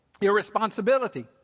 Irresponsibility